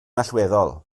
allweddol